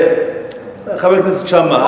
חבר הכנסת שאמה,